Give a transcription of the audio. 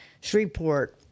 Shreveport